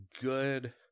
good